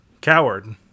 Coward